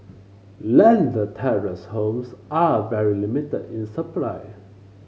landed terrace homes are very limited in supply